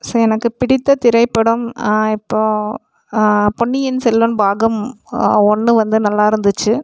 so எனக்கு பிடித்த திரைப்படம் இப்போ பொன்னியின் செல்வன் பாகம் ஒன்று வந்து நல்லா இருந்துச்சு